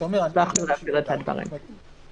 אנחנו נפעיל את הדברים.